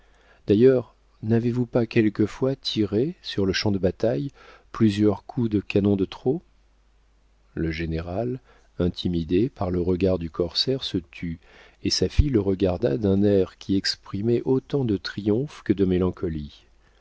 d'ailleurs n'avez-vous pas quelquefois tiré sur le champ de bataille plusieurs coups de canon de trop le général intimidé par le regard du corsaire se tut et sa fille le regarda d'un air qui exprimait autant de triomphe que de mélancolie